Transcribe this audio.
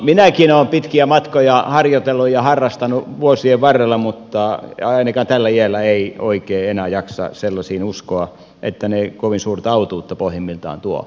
minäkin olen pitkiä matkoja harjoitellut ja harrastanut vuosien varrella mutta ainakaan tällä iällä ei oikein enää jaksa sellaisiin uskoa että ne kovin suurta autuutta pohjimmiltaan tuovat